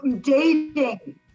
dating